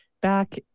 back